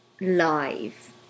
live